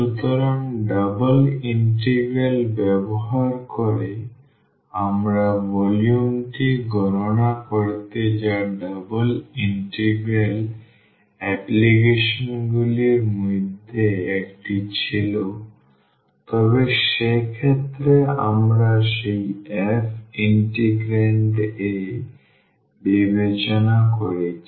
সুতরাং double integral ব্যবহার করে আমরা ভলিউমটি গণনা করেছি যা ডাবল ইন্টিগ্রাল অ্যাপ্লিকেশনগুলির মধ্যে একটি ছিল তবে সেক্ষেত্রে আমরা সেই f ইন্টিগ্রান্ড এ বিবেচনা করেছি